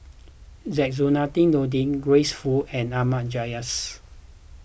Zainudin Nordin Grace Fu and Ahmad Jais